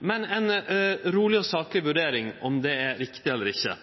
men ei roleg og sakeleg vurdering av om det er riktig eller ikkje.